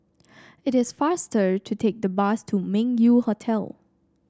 it is faster to take the bus to Meng Yew Hotel